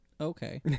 okay